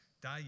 day